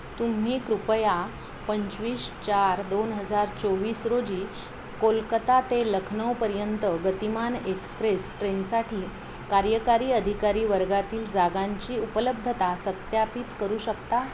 तुम्ही कृपया पंचवीस चार दोन हजार चोवीस रोजी कोलकाता ते लखनऊपर्यंत गतिमान एक्सप्रेस ट्रेनसाठी कार्यकारी अधिकारी वर्गातील जागांची उपलब्धता सत्यापित करू शकता